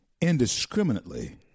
indiscriminately